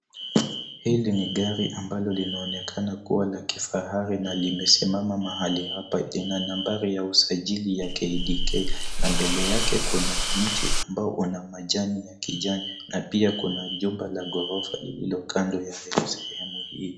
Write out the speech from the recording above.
Hili ni gari ambalo linaonekana kuwa la kifahari na limesimama mahali hapa. Lina nambari ya usajili ya KDK na mbele yake kuna mti ambao una majani ya kijani na pia kuna jumba la ghorofa ililo kando ya sehemu hii.